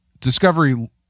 Discovery